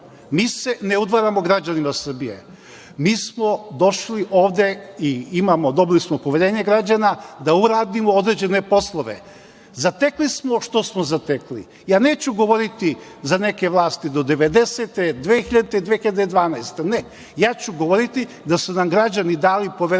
mi se ne udvaramo građanima Srbije, mi smo došli ovde i dobili smo poverenje građana da uradimo određene poslove. Zatekli smo, što smo zatekli. Neću govoriti za neke vlasti do 1990, 2000. i 2012. godine. Ne, govoriću da su nam građani dali poverenje